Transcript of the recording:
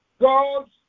God's